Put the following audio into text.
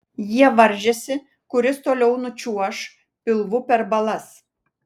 jie varžėsi kuris toliau nučiuoš pilvu per balas